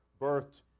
birthed